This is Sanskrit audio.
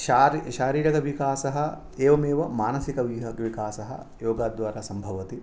शारी शारीरिकविकासः एवमेव मानसिकवि विकासः योगाद्वारा सम्भवति